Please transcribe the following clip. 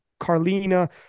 Carlina